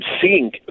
seeing